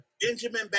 Benjamin